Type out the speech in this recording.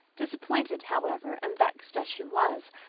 disappointed, however, and vexed as she was,